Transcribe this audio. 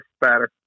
better